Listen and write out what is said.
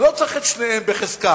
אני לא צריך את שתיהן בחזקה.